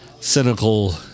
cynical